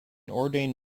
ordained